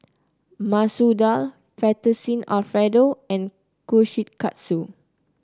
Masoor Dal Fettuccine Alfredo and Kushikatsu